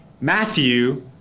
Matthew